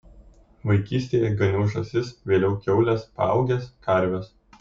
vaikystėje ganiau žąsis vėliau kiaules paaugęs karves